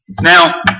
Now